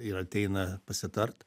ir ateina pasitart